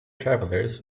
travelers